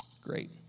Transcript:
great